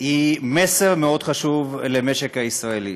היא מסר מאוד חשוב למשק הישראלי,